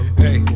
hey